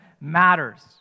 matters